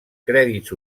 crèdits